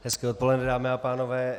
Hezké odpoledne, dámy a pánové.